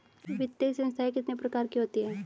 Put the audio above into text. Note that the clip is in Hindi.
वित्तीय संस्थाएं कितने प्रकार की होती हैं?